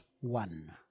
one